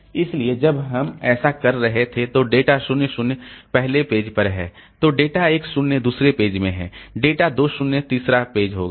इसलिए जब हम ऐसा कर रहे थे तो डेटा 0 0 पहले पेज पर है तो डेटा 1 0 दूसरे पेज में है डेटा 2 0 तीसरा पेज होगा